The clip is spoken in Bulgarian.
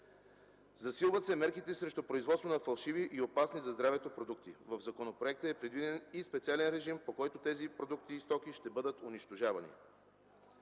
Засилват се мерките срещу производството на фалшиви и опасни за здравето продукти. В законопроекта е предвиден и специален режим, по който тези продукти и стоки ще бъдат унищожавани.